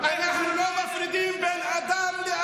מאוד